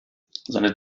seine